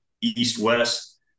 East-West